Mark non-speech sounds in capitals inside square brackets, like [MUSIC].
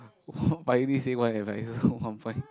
[BREATH] but you already say one advice [LAUGHS] so one point